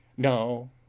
No